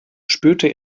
spürte